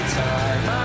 time